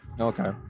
Okay